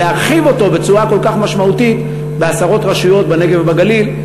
אבל להרחיב אותו בצורה כל כך משמעותית בעשרות רשויות בנגב ובגליל.